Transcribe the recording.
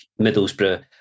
Middlesbrough